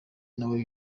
nawe